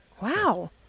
Wow